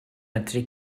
medru